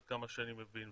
עד כמה שאני מבין,